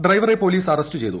ഡ്രൈവറെ police arrest ചെയ്തു